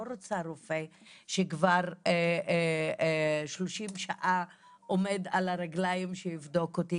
רוצה רופא שכבר 30 שעות עומד על הרגליים שיבדוק אותי.